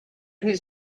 his